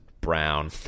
brown